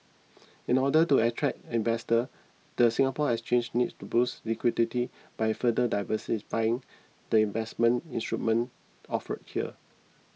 in order to attract investor the Singapore Exchange needs to boost liquidity by further diversifying the investment instrument offered here